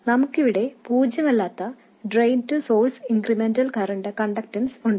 നമുക്കിവിടെ പൂജ്യമല്ലാത്ത drain to source incremental conductance ഉണ്ട്